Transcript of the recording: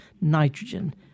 nitrogen